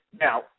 Now